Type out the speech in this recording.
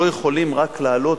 לא מדויק,